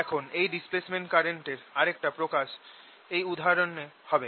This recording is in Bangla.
এখন এই ডিসপ্লেসমেন্ট কারেন্ট এর আরেকটা প্রকাশ এই উদাহরণটা হবে